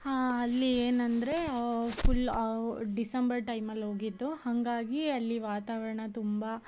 ಅಲ್ಲಿ ಏನಂದರೆ full December ಟೈಮಲ್ಲಿ ಹೋಗಿದ್ದು ಹಾಗಾಗಿ ಅಲ್ಲಿ ವಾತಾವರಣ ತುಂಬ